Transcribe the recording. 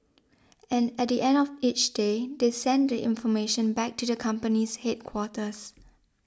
and at the end of each day they send the information back to the company's headquarters